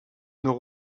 nos